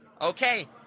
Okay